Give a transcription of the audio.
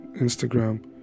instagram